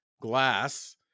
glass